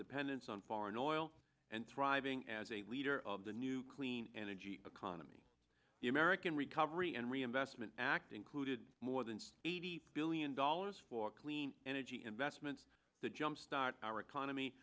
dependence on foreign oil and thriving as a leader of the new clean energy economy the american recovery and reinvestment act included more than eighty pillion dollars for clean energy investments that jumpstart our economy